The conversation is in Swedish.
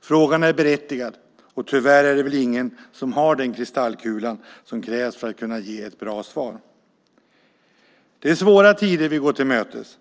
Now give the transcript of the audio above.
Frågan är berättigad, och tyvärr är det ingen som har den kristallkula som krävs för att ge ett bra svar. Det är svåra tider vi går till mötes.